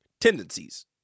tendencies